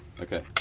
Okay